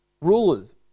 rulers